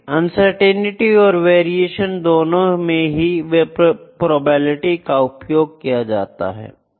uncertainty और variation दोंनो में ही प्रोबेबिलिटी का उपयोग किया जा सकता है